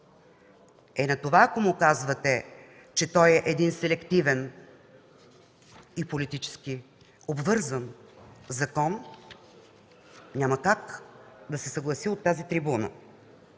И на това ако му казвате, че е селективен и политически обвързан закон, няма как да се съглася от тази трибуна.